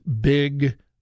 Big